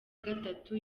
gatatu